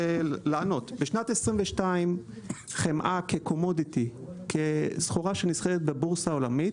בשנת 2022 חמאה כסחורה שנסחרת בבורסה העולמית,